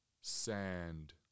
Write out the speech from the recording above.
sand